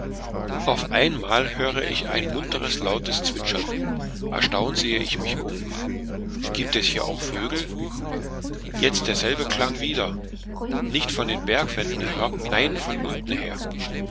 auf einmal höre ich ein munteres lautes zwitschern erstaunt sehe ich mich um gibt es hier auch vögel jetzt derselbe klang wieder nicht von den bergwänden herab nein von unten her